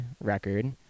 record